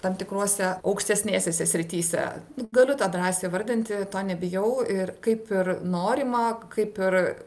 tam tikrose aukštesnėsėse srityse galiu tą drąsiai įvardinti to nebijau ir kaip ir norima kaip ir